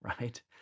Right